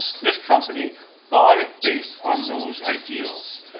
this company bought it based on those ideals.